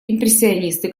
импрессионисты